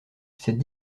cette